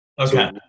okay